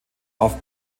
auf